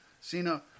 Cena